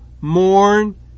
mourn